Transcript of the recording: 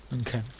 Okay